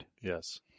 Yes